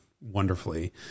wonderfully